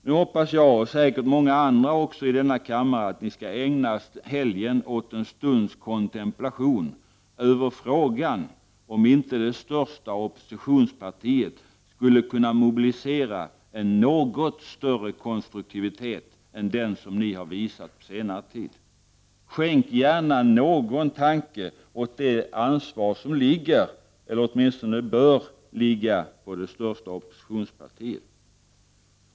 Nu hoppas jag — och säkert många andra också i denna kammare — att ni skall ägna helgen åt en stunds kontemplation över frågan om inte det största oppositionspartiet skulle kunna mobilisera en något större konstruktivitet än den ni visat på senare tid. Skänk gärna någon tanke åt det ansvar som ligger eller åtminstone bör ligga på det största oppositionspartiet!